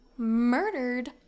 murdered